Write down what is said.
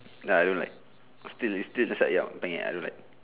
ya I don't like still it still nasi ayam penyet I don't like